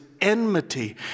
enmity